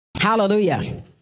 Hallelujah